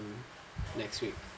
next week